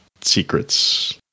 secrets